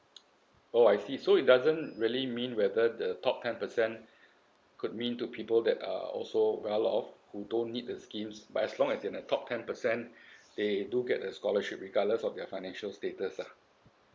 oh I see so it doesn't really mean whether the top ten percent could mean to people that uh also well of who don't need the schemes but as long as they're in the top ten percent they do get a scholarship regardless of their financial status lah